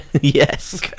yes